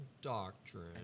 doctrine